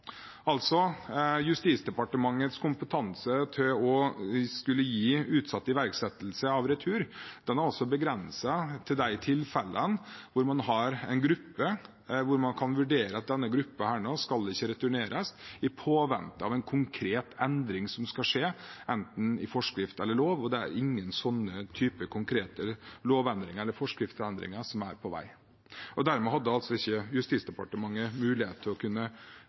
altså begrenset til de tilfellene hvor man har en gruppe hvor man kan vurdere at denne gruppen ikke skal returneres, i påvente av en konkret endring som skal skje, i enten forskrift eller lov, og det er ingen sånne typer konkrete lovendringer eller forskriftsendringer på vei. Dermed hadde Justisdepartementet altså ikke mulighet til å kunne